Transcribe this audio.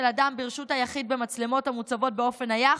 אדם ברשות היחיד במצלמות המוצבות באופן נייח,